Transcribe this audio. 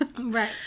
Right